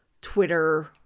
Twitter